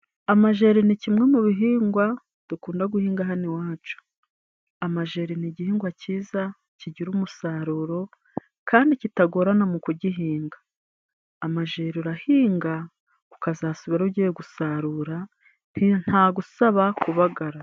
Amajeri ni kimwe mu bihingwa dukunda guhinga hano iwacu, amajeri ni igihingwa cyiza kigira umusaruro kandi kitagorana mu kugihinga. Amajeri urahinga ukazasubirayo ugiye gusarura, ntagusaba kubagara.